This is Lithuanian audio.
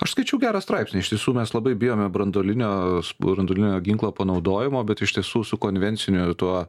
aš skaičiau gerą straipsnį iš tiesų mes labai bijome branduolinio branduolinio ginklo panaudojimo bet iš tiesų su konvenciniu tuo